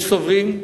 יש סוברים,